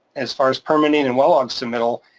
as far as permitting and well log submittal,